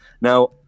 Now